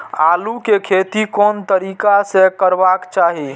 आलु के खेती कोन तरीका से करबाक चाही?